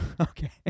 Okay